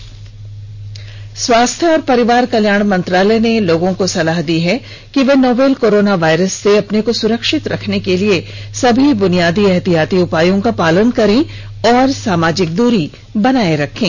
advisory स्वास्थ्य और परिवार कल्याण मंत्रालय ने लोगों को सलाह दी है कि वे नोवल कोरोना वायरस से अपने को सुरक्षित रखने के लिए सभी बुनियादी एहतियाती उपायों का पालन करें और सामाजिक दूरी बनाए रखें